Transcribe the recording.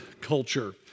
culture